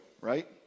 Right